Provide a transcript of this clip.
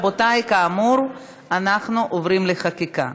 רבותיי, אנחנו עוברים לחקיקה.